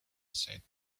said